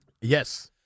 yes